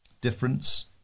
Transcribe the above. difference